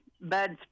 Bud's